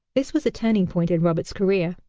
this was a turning point in roberts' career.